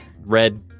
red